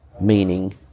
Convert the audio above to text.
meaning